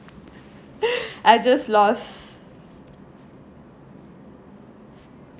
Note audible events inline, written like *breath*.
*breath* I just lost